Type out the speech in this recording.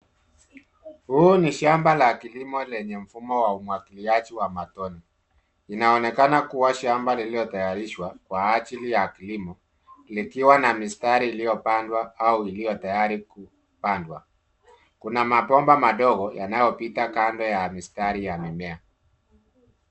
Huu ni shamba la kilimo lenye mfumo wa umwagiliaji wa matone. Inaonekana kuwa shamba lililotayarishwa kwa ajili ya kilimo likiwa na mistari iliyopandwa au iliyo tayari kupandwa. Kuna mabomba madogo yanayopita kando ya mistari ya mimea.